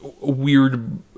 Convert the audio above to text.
weird